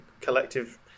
collective